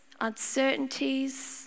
uncertainties